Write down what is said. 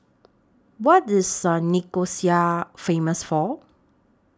What IS Nicosia Famous For